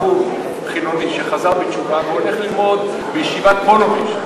בחור חילוני שחזר בתשובה והולך ללמוד בישיבת "פוניבז'",